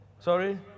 Sorry